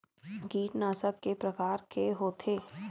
कीटनाशक के प्रकार के होथे?